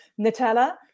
Nutella